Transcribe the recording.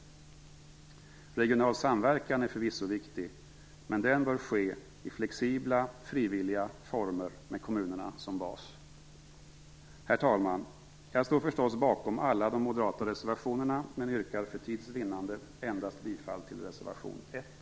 Regional samverkan är förvisso viktig, men den bör ske i flexibla, frivilliga former med kommunerna som bas. Herr talman! Jag står förstås bakom alla de moderata reservationerna, men jag yrkar för tids vinnande bifall endast till reservation 1.